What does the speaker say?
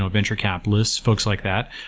ah venture capitalists, folks like that.